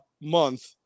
month